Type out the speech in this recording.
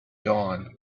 dawn